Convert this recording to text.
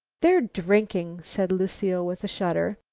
they're drinking, said lucile with a shudder.